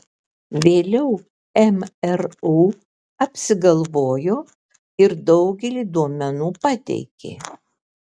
vėliau mru apsigalvojo ir daugelį duomenų pateikė